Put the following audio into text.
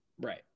Right